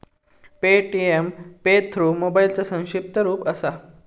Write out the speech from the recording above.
Paytm pay through मोबाईलचा संक्षिप्त रूप असा